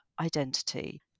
identity